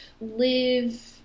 live